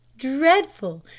dreadful,